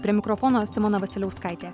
prie mikrofono simona vasiliauskaitė